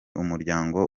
umuryango